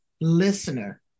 listener